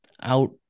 out